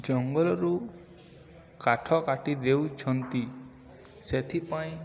ଜଙ୍ଗଲରୁ କାଠ କାଟି ଦେଉଛନ୍ତି ସେଥିପାଇଁ